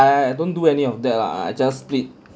I don't do any of that lah I just split